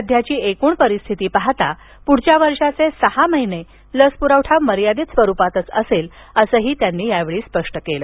सध्याची एकूण परिस्थिती पाहता पुढील वर्षाचे पहिले सहा महिने लस पुरवठा मर्यादित स्वरुपातच असेल असंही त्यांनी सांगितलं